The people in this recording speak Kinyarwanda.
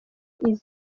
izindi